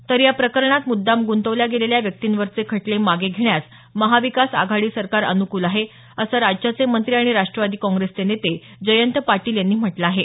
दरम्यान या प्रकरणात मुद्दाम गुंतवल्या गेलेल्या व्यक्तींवरचे खटले मागे घेण्यास महाविकास आघाडी सरकार अनुकूल आहे असं राज्याचे मंत्री आणि राष्ट्रवादी काँग्रेसचे नेते जयंत पाटील यांनी म्हटलं आहे